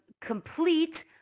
Complete